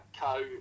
co